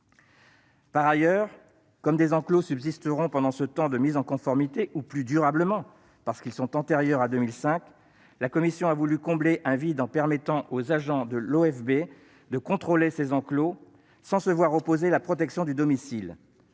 Par ailleurs, comme des enclos subsisteront pendant le temps de mise en conformité, ou, plus durablement, parce qu'ils sont antérieurs à 2005, la commission a voulu combler un vide en permettant aux agents de l'OFB de les contrôler sans se voir opposer la protection du domicile.